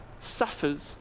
suffers